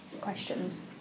questions